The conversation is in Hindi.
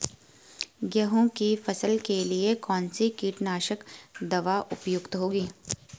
गेहूँ की फसल के लिए कौन सी कीटनाशक दवा उपयुक्त होगी?